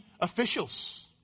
officials